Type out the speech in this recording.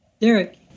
Derek